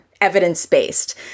evidence-based